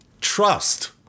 trust